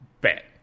bet